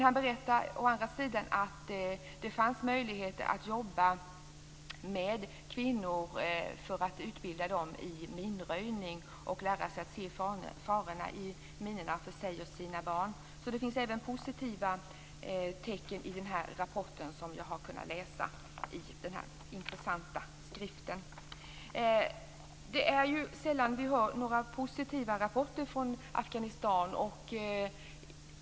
Han berättar å andra sidan att det fanns möjlighet att jobba med kvinnor för att utbilda dem i minröjning och lära sig att se farorna i minor för dem och barnen. Så det finns även positiva tecken i den rapport som jag kunnat läsa i den intressanta skriften. Det är sällan vi hör några positiva rapporter från Afghanistan.